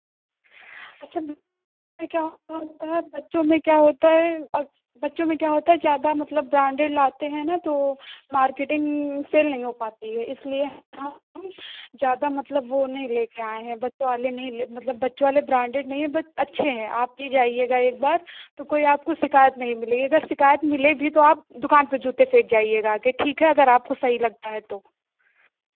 अच्छा बच्चों में क्या होता है बच्चों में क्या होता है अब बच्चों में क्या होता है ज़्यादा मतलब ब्रान्डेड लाते हैं ना तो मार्केटिंग फे़ल नहीं हो पाती है इसलिए हम ज़्यादा मतलब वो नहीं लेके आए हैं बच्चों वाले नहीं ले मतलब बच्चों वाले ब्रान्डेड नहीं हैं बट अच्छे हैं आप प्लीज़ आइएगा एक बार तो कोई आपको शिकायत नहीं मिलेगी अगर शिकायत मिले भी तो आप दुकान पे जूते फेंक जाइएगा आके ठीक है अगर आपको सही लगता है तो